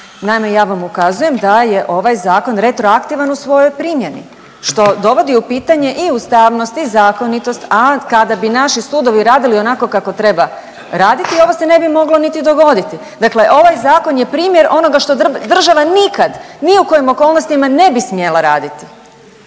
Naime, ja vam ukazujem da je ovaj zakon retroaktivan u svojoj primjeni što dovodi u pitanje i ustavnost i zakonitost, a kada bi naši sudovi radili onako kako treba raditi ovo se ne bi moglo niti dogoditi. Dakle, ovaj zakon je primjer onoga što država nikad ni u kojim okolnostima ne bi smjela raditi.